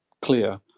clear